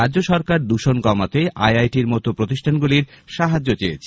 রাজ্য সরকার দূষণ কমাতে আইআইটি র মত প্রতিষ্ঠানগুলির সাহায্য চেয়েছে